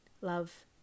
Love